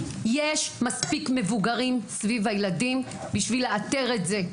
יש מספיק מבוגרים סביב הילדים בשביל לאתר את זה.